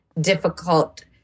difficult